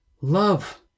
love